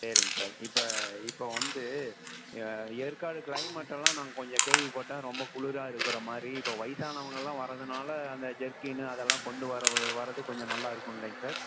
சரிங் சார் இப்போ இப்போ வந்து ஏற்காடு கிளைமெட்டல்லாம் நாங்கள் கொஞ்சம் கேள்வி பட்டோம் ரொம்ப குளிராக இருக்கிற மாதிரி இப்போ வயசானவங்களாம் வரதுனால் அந்த ஜெர்கின்னு அதெல்லாம் கொண்டு வர வரது கொஞ்சம் நல்லா இருக்குல்லீங்க சார்